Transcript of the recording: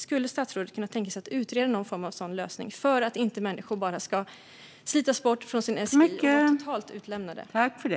Skulle statsrådet kunna tänka sig att utreda någon form av sådan lösning för att människor inte bara ska slitas bort från sin SGI och bli totalt utlämnade?